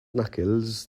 knuckles